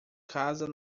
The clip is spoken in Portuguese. casa